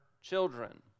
children